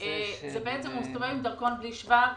הוא בעצם מסתובב עם דרכון בלי שבב,